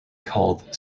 called